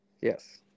yes